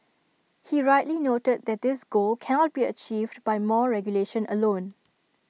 he rightly noted that this goal cannot be achieved by more regulation alone